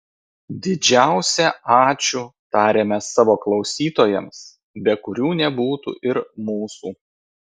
didžiausią ačiū tariame savo klausytojams be kurių nebūtų ir mūsų